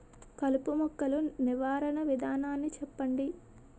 కలుపు మొక్కలు నివారణ విధానాన్ని చెప్పండి?